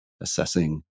assessing